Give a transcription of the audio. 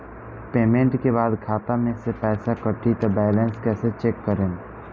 Payment के बाद खाता मे से पैसा कटी त बैलेंस कैसे चेक करेम?